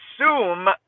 assume